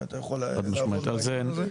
ואתה יכול לעבוד על ההקשר הזה.